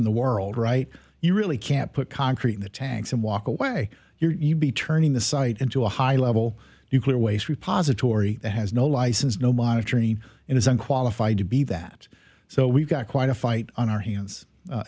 in the world right you really can't put concrete in the tanks and walk away you'd be turning the site into a high level nuclear waste repository has no license no monitoring and isn't qualified to be that so we've got quite a fight on our hands